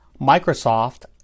Microsoft